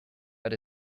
but